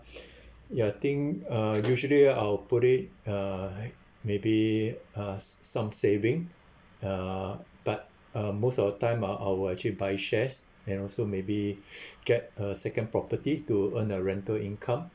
ya I think uh usually I'll put it uh like maybe uh s~ some saving uh but uh most of the time ah I will actually buy shares and also maybe get a second property to earn a rental income